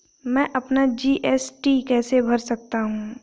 मैं अपना जी.एस.टी कैसे भर सकता हूँ?